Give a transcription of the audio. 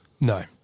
No